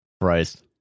Christ